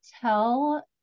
tell